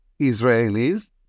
Israelis